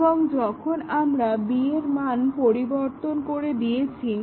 এবং এখন আমরা b এর মান পরিবর্তন করে দিয়েছি